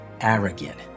arrogant